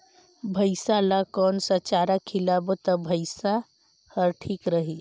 भैसा ला कोन सा चारा खिलाबो ता भैंसा हर ठीक रही?